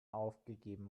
aufgegeben